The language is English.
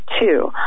two